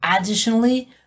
Additionally